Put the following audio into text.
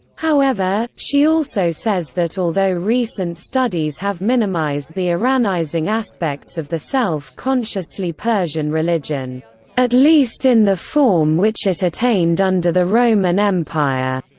however, she also says that although recent studies have minimized the iranizing aspects of the self-consciously persian religion at least in the form which it attained under the roman empire,